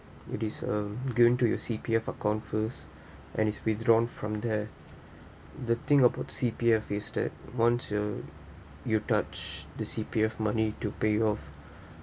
it is um go into your C_P_F account first and is withdrawn from there the thing about C_P_F is that once you you touch the C_P_F money to pay off